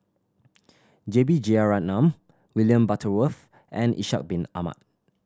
J B Jeyaretnam William Butterworth and Ishak Bin Ahmad